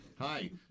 Hi